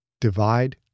Divide